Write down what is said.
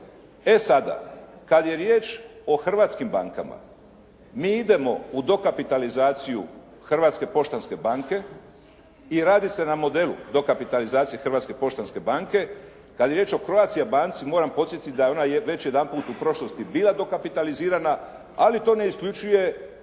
E sada kad je riječ o hrvatskim bankama mi idemo u dokapitalizaciju Hrvatske poštanske banke i radi se na modelu dokapitalizacije Hrvatske poštanske banke. Kad je riječ o Croatia banci moram podsjetiti da je ona već jedanput u prošlosti bila dokapitalizirana ali to ne isključuje